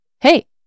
Hey